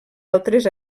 altres